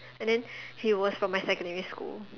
and then he was from my secondary school